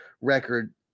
record